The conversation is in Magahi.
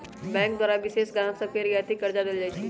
बैंक द्वारा विशेष गाहक सभके रियायती करजा देल जाइ छइ